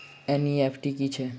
NEFT की छीयै?